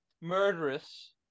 murderous